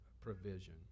provision